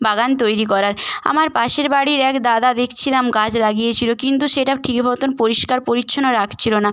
বাগান তৈরি করার আমার পাশের বাড়ির এক দাদা দেখছিলাম গাছ লাগিয়েছিল কিন্তু সেটা ঠিক মতন পরিষ্কার পরিচ্ছন্ন রাখছিল না